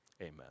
amen